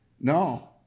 no